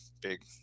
big